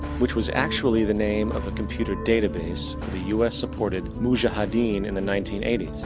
which was actually the name of a computer database of the u s supported mujahideen in the nineteen eighty